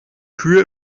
kühe